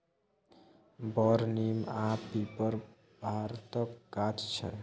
बर, नीम आ पीपर भारतक गाछ छै